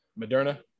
Moderna